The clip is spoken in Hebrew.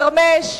חבר הכנסת חרמש,